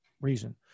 reason